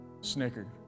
snickered